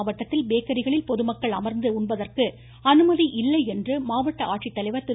வேலூர் மாவட்டத்தில் பேக்கரிகளில் பொதுமக்கள் அமர்ந்து உண்பதற்கு அனுமதியில்லை என்று மாவட்ட ஆட்சி தலைவர் திரு